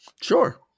Sure